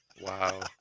Wow